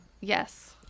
Yes